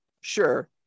sure